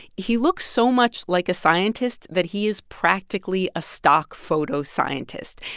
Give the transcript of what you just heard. he looks so much like a scientist that he is practically a stock photo scientist.